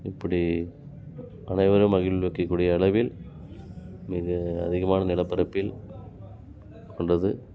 இப்படி அனைவரையும் மகிழ்விக்கக் கூடிய அளவில் மிக அதிகமான நிலப்பரப்பில் கொண்டது